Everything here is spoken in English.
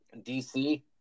DC